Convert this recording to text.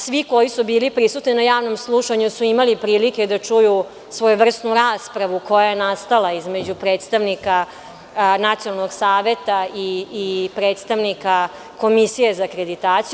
Svi koji su bili prisutni na javnom slušanju su imali prilike da čuju svojevrsnu raspravu koja je nastala između predstavnika Nacionalnog saveta i predstavnika Komisije za akreditaciju.